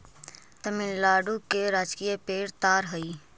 तमिलनाडु के राजकीय पेड़ ताड़ हई